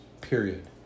period